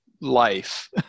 life